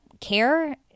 care